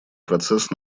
процесс